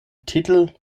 titel